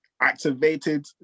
activated